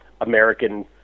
American